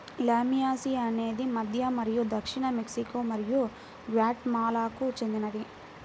లామియాసి అనేది మధ్య మరియు దక్షిణ మెక్సికో మరియు గ్వాటెమాలాకు చెందినది